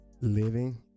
living